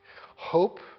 hope